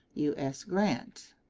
u s. grant.